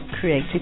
creative